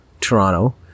toronto